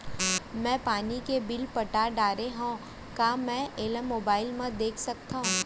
मैं पानी के बिल पटा डारे हव का मैं एला मोबाइल म देख सकथव?